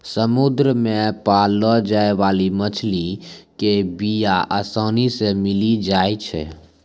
समुद्र मे पाललो जाय बाली मछली के बीया आसानी से मिली जाई छै